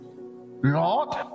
Lord